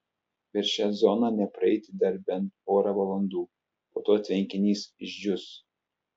per šią zoną nepraeiti dar bent porą valandų po to tvenkinys išdžius